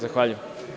Zahvaljujem.